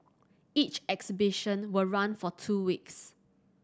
each exhibition will run for two weeks